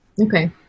Okay